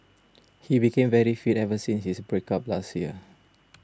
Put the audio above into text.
he became very fit ever since his break up last year